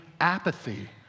apathy